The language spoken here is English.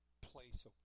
place